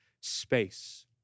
space